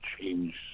change